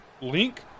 Link